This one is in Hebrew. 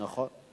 נכון.